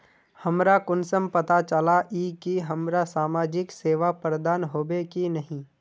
हमरा कुंसम पता चला इ की हमरा समाजिक सेवा प्रदान होबे की नहीं?